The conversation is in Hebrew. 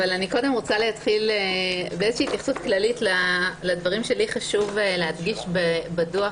אני רוצה להתחיל בהתייחסות כללית לדברים שחשוב לי להדגיש בדוח,